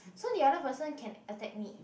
so the other person can attack me